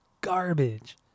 garbage